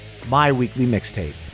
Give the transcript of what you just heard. myweeklymixtape